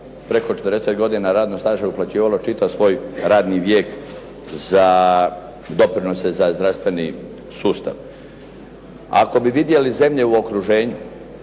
preko 40 godina radnog staža uplaćivalo čitav svoj radni vijek za doprinose za zdravstveni sustav. Ako bi vidjeli zemlje u okruženju